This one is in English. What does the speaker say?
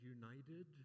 united